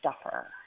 Stuffer